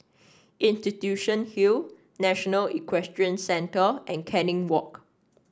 Institution Hill National Equestrian Centre and Canning Walk